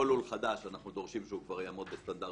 כל לול חדש, אנחנו דורשים שהוא יעמוד בסטנדרטים